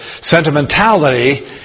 sentimentality